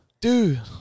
dude